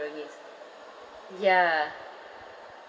jurong east ya